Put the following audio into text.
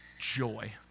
Joy